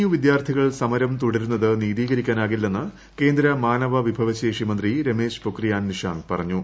U വിദ്യാർത്ഥികൾ സമരം തുടരുന്നത് നീതീകരിക്കാനാവില്ലെന്ന് കേന്ദ്ര മാനവ വിഭവശേഷി മന്ത്രി രമേശ് പൊക്രിയാൻ നിഷാങ്ക് പറഞ്ഞു